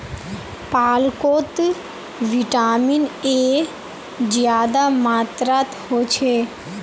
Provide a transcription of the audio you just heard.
पालकोत vitamin A ज्यादा मात्रात होछे